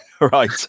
right